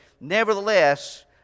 Nevertheless